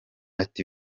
ati